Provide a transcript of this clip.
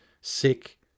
Sick